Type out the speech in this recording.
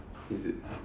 is it